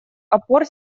опор